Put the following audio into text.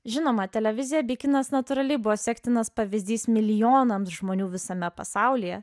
žinoma televizija bei kinas natūraliai buvo sektinas pavyzdys milijonams žmonių visame pasaulyje